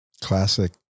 Classic